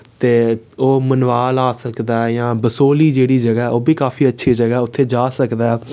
ते ओह् मनवाल आई सकदा ऐ जां बसोली जेह्ड़ी ऐ जगह ऐ ओह्बी काफी अच्छी जगह ऐ उत्थै जाई सकदा ऐ